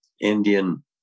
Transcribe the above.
Indian